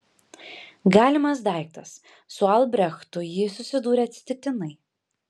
galimas daiktas su albrechtu ji susidūrė atsitiktinai